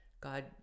god